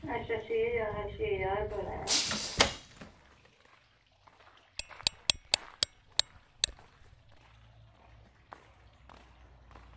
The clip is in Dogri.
अच्छा अच्छा छे ज्हार छे ज्हार बड़ा ऐ